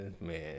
man